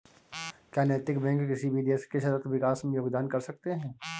क्या नैतिक बैंक किसी भी देश के सतत विकास में योगदान कर सकते हैं?